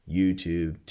YouTube